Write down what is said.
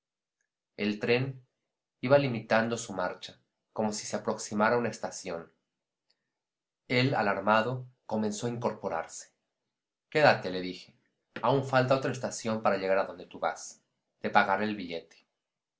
el tren iba limitando su marcha como si se aproximara a una estación él alarmado comenzó a incorporarse quédate le dije aún falta otra estación para llegar adonde tú vas te pagaré el billete